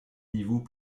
niveaux